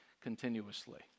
continuously